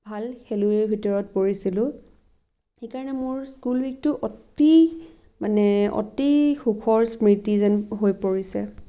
ভাল খেলুৱৈ ভিতৰত পৰিছিলোঁ সেই কাৰণে মোৰ স্কুল উইকটো অতি মানে অতি সুখৰ স্মৃতি যেন হৈ পৰিছে